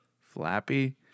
Flappy